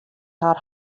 har